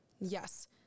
Yes